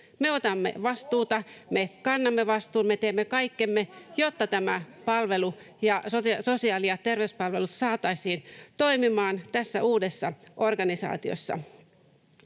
Me otamme vastuuta, me kannamme vastuun ja teemme kaikkemme, jotta sosiaali- ja terveyspalvelut saataisiin toimimaan tässä uudessa organisaatiossa.